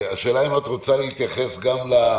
השאלה אם את רוצה להתייחס גם לנקודות